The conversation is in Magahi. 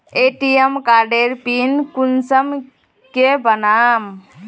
ए.टी.एम कार्डेर पिन कुंसम के बनाम?